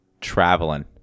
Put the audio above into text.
traveling